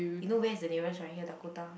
you know where is the nearest right here Dakota